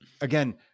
again